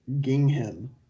Gingham